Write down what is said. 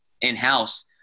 in-house